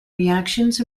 reactions